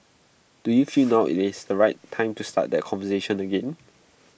do you feel now IT is the right time to start that conversation again